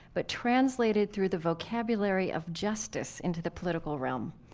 but translated through the vocabulary of justice into the political realm.